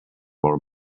more